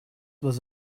was